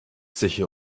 sicher